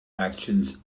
actions